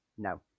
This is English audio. No